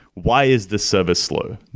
why is this service slow?